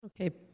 Okay